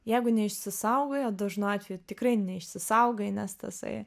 jeigu neišsisaugai o dažnu atveju tikrai neišsisaugai nes tasai